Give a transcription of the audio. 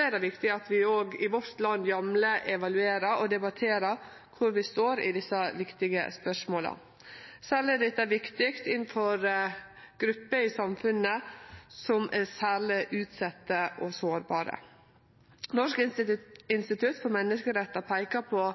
er det viktig at vi òg i landet vårt jamleg evaluerer og debatterer kvar vi står i desse viktige spørsmåla. Særleg er dette viktig innanfor grupper i samfunnet som er særleg utsette og sårbare. Norges institutt for menneskerettigheter peikar på